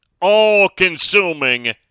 all-consuming